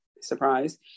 surprise